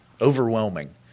overwhelming